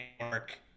work